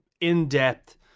in-depth